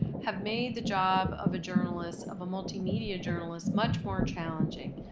have made the job of a journalist of a multimedia journalist much more challenging.